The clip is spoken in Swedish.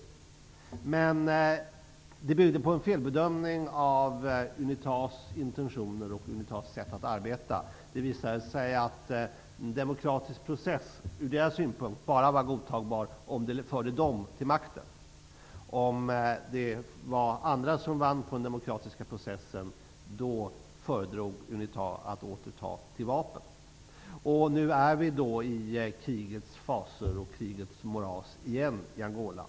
Det byggde dock på en felbedömning av Unitas intentioner och sätt att arbeta. Det visade sig att en demokratisk process från Unitas synpunkt var godtagbar bara om den förde Unita till makten. Om andra vann på den demokratiska processen, föredrog Unita att åter ta till vapen. Nu befinner vi oss igen i krigets fasor och moras i Angola.